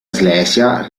slesia